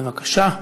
בבקשה.